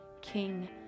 King